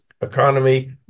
economy